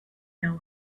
now